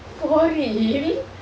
for real